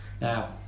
Now